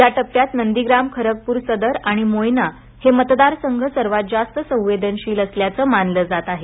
या टप्प्यात नंदीग्राम खरगपुर सदर आणि मोयना हे मतदार पुरुष सं संघ सर्वात जास्त संवेदनशील असल्याचं मानलं जात आहे